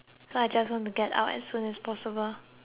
get out as soon as possible